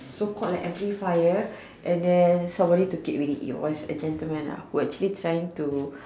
so called the amplifier and then somebody took it already it was a gentleman lah who actually trying to